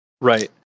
right